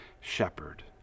shepherd